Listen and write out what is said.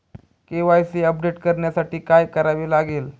KYC update करण्यासाठी काय करावे लागेल?